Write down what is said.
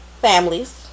families